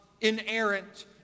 inerrant